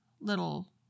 little